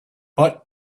but